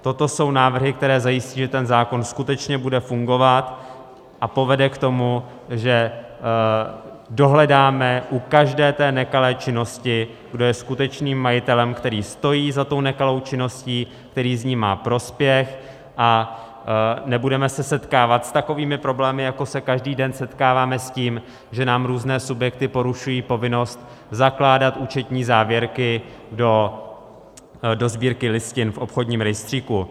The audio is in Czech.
Toto jsou návrhy, které zajistí, že ten zákon skutečně bude fungovat a povede k tomu, že dohledáme u každé té nekalé činnosti, kdo je skutečným majitelem, který stojí za tou nekalou činností, který z ní má prospěch, a nebudeme se setkávat s takovými problémy, jako se každý den setkáváme s tím, že nám různé subjekty porušují povinnost zakládat účetní závěrky do Sbírky listin v obchodním rejstříku.